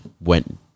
went